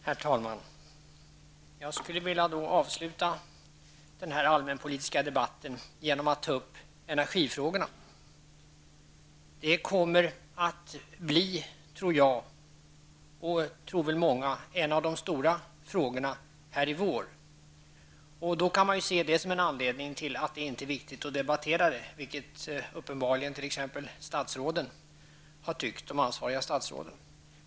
Herr talman! Jag skulle vilja avsluta den här allmänpolitiska debatten genom att ta upp energifrågan. Den kommer att bli -- tror jag och tror väl många -- en av de stora frågorna här i vår. Detta kan ju ses som en anledning till att det inte är viktigt att debattera den frågan nu, vilket uppenbarligen t.ex. de ansvariga statsråden har tyckt.